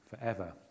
forever